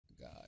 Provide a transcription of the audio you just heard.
God